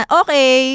okay